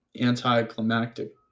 anticlimactic